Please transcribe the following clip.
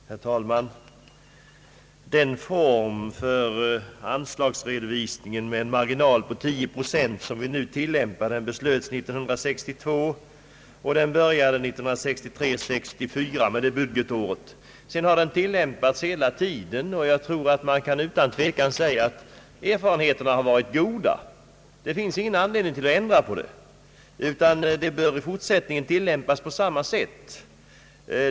Herr talman! Den form för anslagsredovisning med en marginal av 10 procent som vi nu tillämpar beslöts 1962, och den började tillämpas budgetåret 1963/64. Sedan har den använts hela tiden, och jag tror man utan tvekan kan säga att erfarenheterna varit goda. Det finns ingen anledning att ändra på denna form av redovisning, utan den bör i fortsättningen tillämpas på samma sätt.